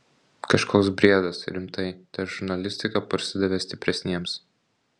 kažkoks briedas rimtai ta žurnalistika parsidavė stipresniems